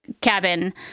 cabin